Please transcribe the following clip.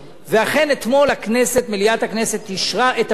ואכן אתמול הכנסת, מליאת הכנסת, אישרה את הפיצול.